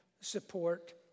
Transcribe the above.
support